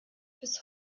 bis